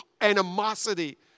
animosity